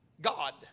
god